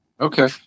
Okay